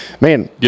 Man